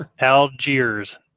Algiers